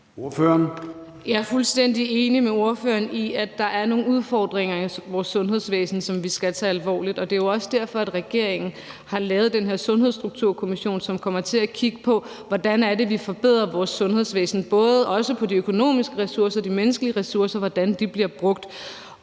Jeg er fuldstændig enig med ordføreren i, at der er nogle udfordringer i vores sundhedsvæsen, som vi skal tage alvorligt. Det er jo også derfor, regeringen har lavet den her Sundhedsstrukturkommission, som kommer til at kigge på, hvordan vi forbedrer vores sundhedsvæsen, med hensyn til hvordan både de økonomiske ressourcer og de menneskelige ressourcer bliver brugt.